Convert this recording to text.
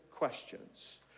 questions